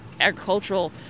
agricultural